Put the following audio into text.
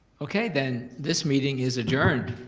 okay then, this meeting is adjourned.